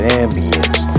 ambience